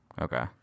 Okay